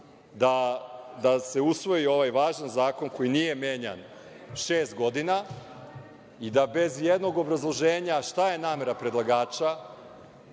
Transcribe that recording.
da se usvoji ovaj važan zakon koji nije menjan šest godina i da bez ijednog obrazloženja šta je namera predlagača,